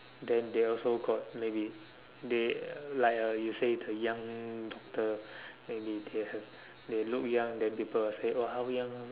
then they also got maybe they uh like uh you say the young doctor maybe they have they look young then people will say !wah! how young